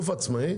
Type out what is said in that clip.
עצמאי?